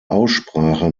aussprache